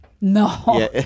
No